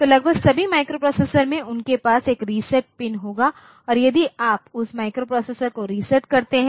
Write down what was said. तो लगभग सभी माइक्रोप्रोसेसरों में उनके पास एक रीसेट पिन होगा और यदि आप उस माइक्रोप्रोसेसर को रीसेट करते हैं